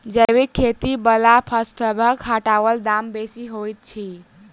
जैबिक खेती बला फसलसबक हाटक दाम बेसी होइत छी